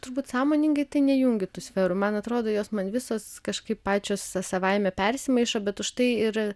turbūt sąmoningai tai nejungiu tų sferų man atrodo jos man visos kažkaip pačios sa savaime persimaišo bet užtai ir